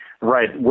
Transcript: Right